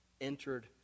entered